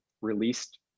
released